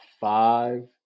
five